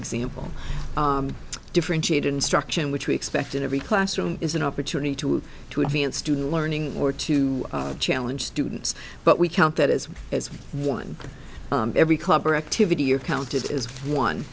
example differentiated instruction which we expect in every classroom is an opportunity to to advance student learning or to challenge students but we count that as as one every club or activity are counted as one